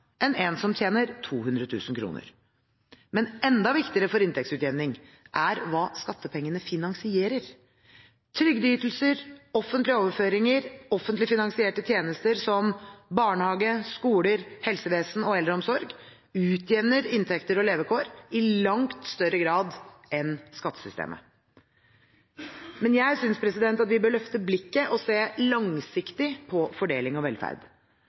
en som tjener 200 000 kr. Men enda viktigere for inntektsutjevning er hva skattepengene finansierer. Trygdeytelser, offentlige overføringer og offentlig finansierte tjenester som barnehage, skoler, helsevesen og eldreomsorg utjevner inntekter og levekår i langt større grad enn skattesystemet. Men jeg synes at vi bør løfte blikket og se langsiktig på fordeling og velferd.